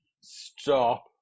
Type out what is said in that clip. Stop